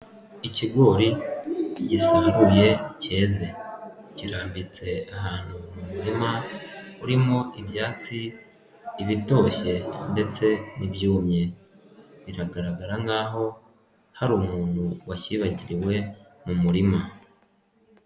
Ikigori gisaruye cyeze, kirambitse ahantu mu murima urimo ibyatsi, ibitoshye ndetse n'ibyumye, biragaragara nk'aho hari umuntu wakibagiriwe mu murima.